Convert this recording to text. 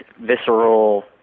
visceral